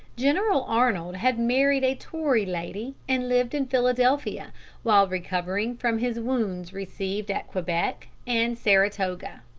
general arnold had married a tory lady, and lived in philadelphia while recovering from his wounds received at quebec and saratoga.